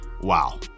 Wow